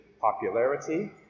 popularity